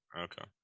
okay